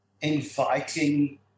inviting